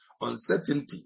uncertainty